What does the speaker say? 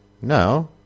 No